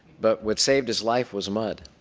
but what saved his life was mud.